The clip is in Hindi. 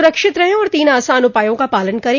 सुरक्षित रहें और तीन आसान उपायों का पालन करें